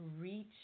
reach